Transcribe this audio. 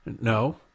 no